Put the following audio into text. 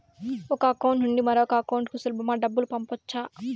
ఒక అకౌంట్ నుండి మరొక అకౌంట్ కు సులభమా డబ్బులు పంపొచ్చా